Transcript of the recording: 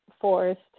forced